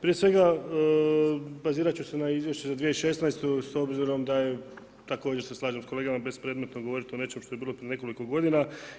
Prije svega bazirati ću se na izvješće za 2016. s obzirom da je također se slažem s kolegama bespredmetno govoriti o nečem što je bilo prije nekoliko godina.